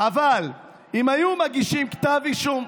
אבל אם היו גם מגישים כתב אישום,